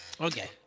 Okay